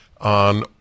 on